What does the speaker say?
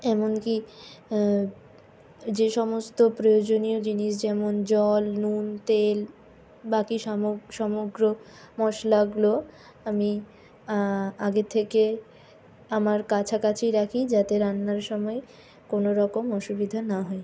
এমনকি যে সমস্ত প্রয়োজনীয় জিনিস যেমন জল নুন তেল বাকি সাম সমগ্র মশলাগুলো আমি আগে থেকে আমার কাছাকাছি রাখি যাতে রান্নার সময় কোনোরকম অসুবিধা না হয়